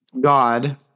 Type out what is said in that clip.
God